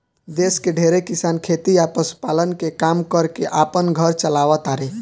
देश के ढेरे किसान खेती आ पशुपालन के काम कर के आपन घर चालाव तारे